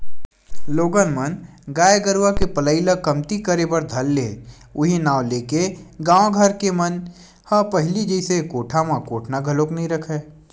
लोगन मन गाय गरुवा के पलई ल कमती करे बर धर ले उहीं नांव लेके गाँव घर के मन ह पहिली जइसे कोठा म कोटना घलोक नइ रखय